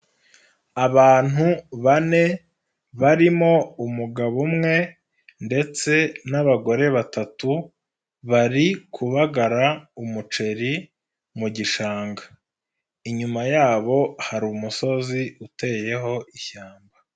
Abantu bane barimo umugabo umwe ndetse n'abagore batatu bari kubagara umuceri mu gishanga, inyuma yabo hari umusozi uteyeho ishyamba.